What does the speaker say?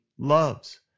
loves